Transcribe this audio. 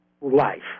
life